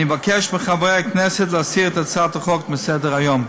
אני מבקש מחברי הכנסת להסיר את הצעת החוק מסדר-היום.